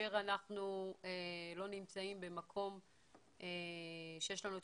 כאשר אנחנו לא נמצאים במקום שיש לנו את